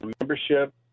membership